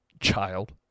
child